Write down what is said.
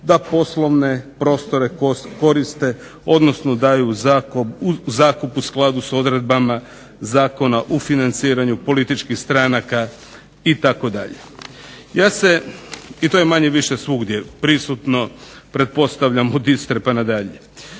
da poslovne prostore koriste odnosno daju u zakup u skladu sa odredbama Zakona o financiranju političkih stranaka itd. Ja se i to je manje-više svugdje prisutno, pretpostavljam od Istre pa na dalje.